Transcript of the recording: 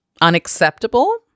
unacceptable